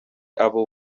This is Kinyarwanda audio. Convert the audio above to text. abo